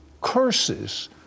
curses